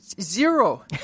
Zero